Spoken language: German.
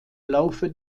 laufe